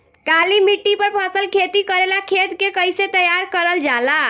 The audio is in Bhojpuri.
काली मिट्टी पर फसल खेती करेला खेत के कइसे तैयार करल जाला?